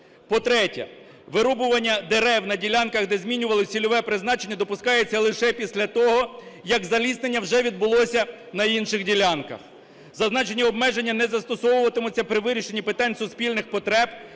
По-третє, вирубування дерев на ділянках, де змінювали цільове призначення, допускається лише після того, як заліснення вже відбулося на інших ділянках. Зазначені обмеження не застосовуватимуться при вирішенні питань суспільних потреб,